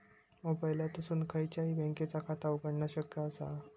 मोबाईलातसून खयच्याई बँकेचा खाता उघडणा शक्य असा काय?